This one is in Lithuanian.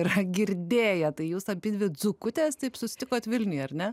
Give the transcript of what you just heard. yra girdėję tai jūs abidvi dzūkutės taip susitikot vilniuj ar ne